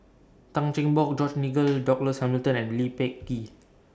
Tan Cheng Bock George Nigel Douglas Hamilton and Lee Peh Gee